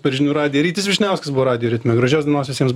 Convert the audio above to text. per žinių radiją rytis vyšniauskas buvo radijo ritme gražios dienos visiems